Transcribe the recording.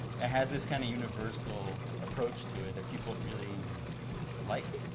it has this kind of universal approach to it that people really like.